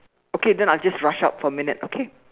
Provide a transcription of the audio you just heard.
okay then I'll just rush out for a minute okay